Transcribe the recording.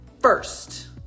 first